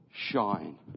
shine